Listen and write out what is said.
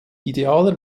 idealer